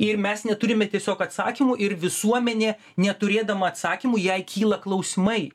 ir mes neturime tiesiog atsakymų ir visuomenė neturėdama atsakymų jai kyla klausimai